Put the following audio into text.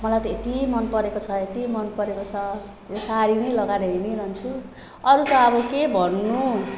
मलाई त यति मन परेको छ यति मन परेको छ यो साडी नै लगाएर हिअडिरहन्छु अरू त अब के भन्नु